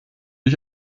ich